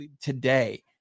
today